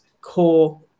core